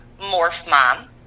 MorphMom